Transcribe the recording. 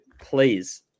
please